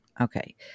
Okay